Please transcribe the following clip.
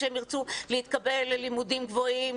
כשהם ירצו להתקבל ללימודים גבוהים,